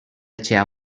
chair